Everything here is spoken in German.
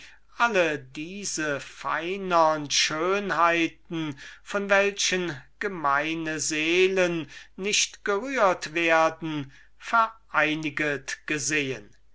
alle diese feinern schönheiten von denen gemeine seelen nicht gerührt zu werden fähig sind vereiniget gesehen